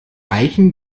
eichen